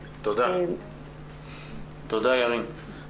תודה, ירין.